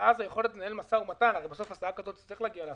ואז היכולת לנהל משא ומתן הרי בסוף הצעה כזאת תצטרך להגיע להסכמות.